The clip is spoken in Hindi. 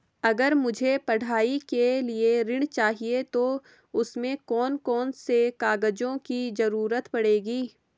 अगर मुझे पढ़ाई के लिए ऋण चाहिए तो उसमें कौन कौन से कागजों की जरूरत पड़ेगी?